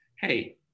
hey